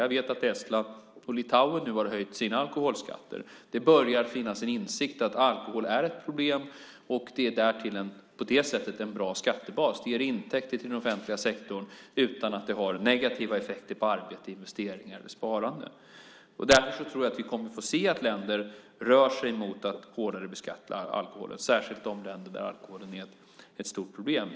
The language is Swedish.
Jag vet att Estland och Litauen nu har höjt sina alkoholskatter. Det börjar finnas en insikt om att alkohol är ett problem. Det är därtill på det sättet en bra skattebas. Det ger intäkter till den offentliga sektorn utan att det har negativa effekter på arbete, investeringar eller sparande. Därför tror jag att vi kommer att få se att länder rör sig mot att hårdare beskatta alkoholen, särskilt de länder där alkoholen är ett stort problem.